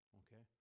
okay